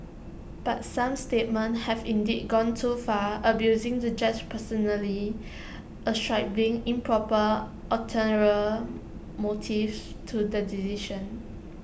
but some statements have indeed gone too far abusing the judges personally ascribing improper ulterior motives to the decision